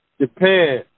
Japan